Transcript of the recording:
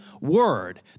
word